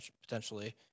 potentially